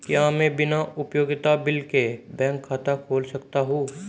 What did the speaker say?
क्या मैं बिना उपयोगिता बिल के बैंक खाता खोल सकता हूँ?